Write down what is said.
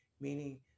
meaning